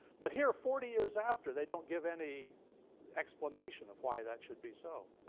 but here, forty years after, they don't give any explanation of why that should be so.